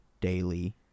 daily